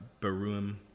Beruim